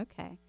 Okay